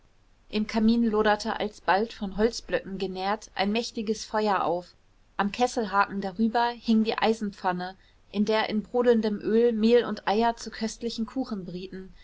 im kamin loderte alsbald von holzblöcken genährt ein mächtiges feuer auf am kesselhaken darüber hing die eisenpfanne in der in brodelndem öl mehl und eier zu köstlichen kuchen brieten